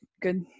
good